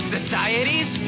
Society's